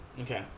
Okay